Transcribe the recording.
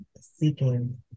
seeking